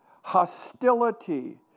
hostility